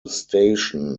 station